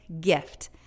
gift